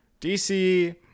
DC